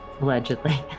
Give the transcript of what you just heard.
allegedly